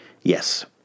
Yes